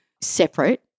separate